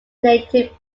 native